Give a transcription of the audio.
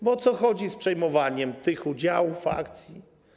Bo o co chodzi z przejmowaniem tych udziałów, akcji?